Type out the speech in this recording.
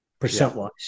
percent-wise